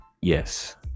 Yes